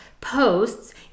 posts